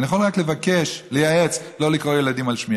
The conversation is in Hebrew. אני יכול רק לבקש, לייעץ לא לקרוא לילדים על שמי.